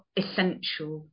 essential